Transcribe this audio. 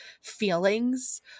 feelings